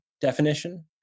definition